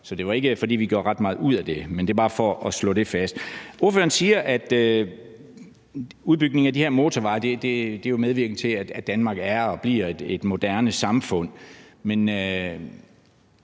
Så det var ikke, fordi vi gjorde ret meget ud af det. Men det er bare for at slå det fast. Ordføreren siger, at udbygningen af de her motorveje er medvirkende til, at Danmark er og bliver et moderne samfund. Men